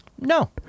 No